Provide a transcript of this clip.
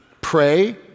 pray